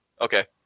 okay